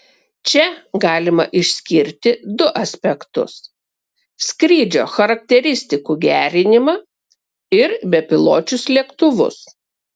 čia galima išskirti du aspektus skrydžio charakteristikų gerinimą ir bepiločius lėktuvus